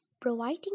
Providing